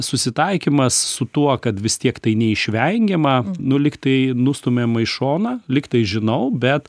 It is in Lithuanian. susitaikymas su tuo kad vis tiek tai neišvengiama nu lyg tai nustumiama į šoną lyg tai žinau bet